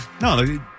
No